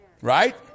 Right